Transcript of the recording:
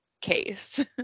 case